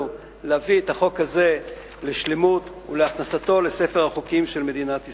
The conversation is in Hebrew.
להביא את החוק הזה לשלמות ולהכנסתו לספר החוקים של מדינת ישראל.